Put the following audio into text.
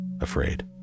afraid